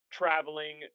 traveling